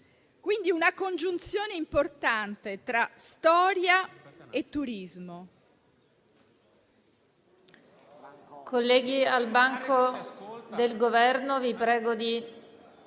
quindi di una congiunzione importante tra storia e turismo.